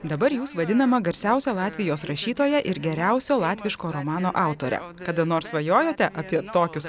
dabar jūs vadinama garsiausia latvijos rašytoja ir geriausio latviško romano autore kada nors svajojote apie tokius